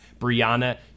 brianna